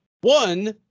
One